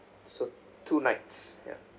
so two nights ya